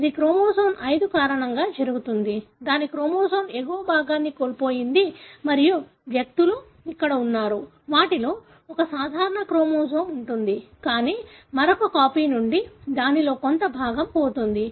ఇది క్రోమోజోమ్ 5 కారణంగా జరుగుతుంది దాని క్రోమోజోమ్ ఎగువ భాగాన్ని కోల్పోయింది మరియు వ్యక్తులు ఇక్కడ ఉన్నారు వాటిలో ఒక సాధారణ క్రోమోజోమ్ ఉంటుంది కానీ మరొక కాపీ నుండి దానిలో కొంత భాగం పోతుంది